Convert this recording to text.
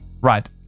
Right